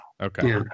Okay